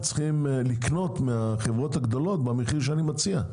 הם צריכים לקנות מהחברות הגדולות במחיר שאני מציע,